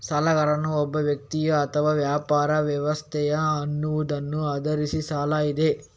ಸಾಲಗಾರನು ಒಬ್ಬ ವ್ಯಕ್ತಿಯೇ ಅಥವಾ ವ್ಯಾಪಾರ ವ್ಯವಸ್ಥೆಯೇ ಅನ್ನುವುದನ್ನ ಆಧರಿಸಿ ಸಾಲ ಇದೆ